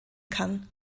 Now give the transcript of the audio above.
kann